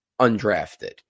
undrafted